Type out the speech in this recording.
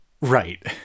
Right